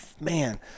Man